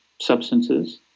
substances